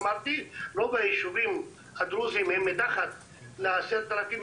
אמרתי שרוב היישובים הדרוזים הם מתחת ל-10,000 תושבים.